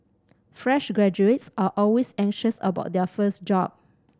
fresh graduates are always anxious about their first job